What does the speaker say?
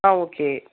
ஆ okay